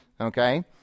Okay